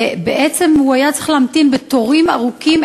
ובעצם הוא היה צריך להמתין בתורים ארוכים,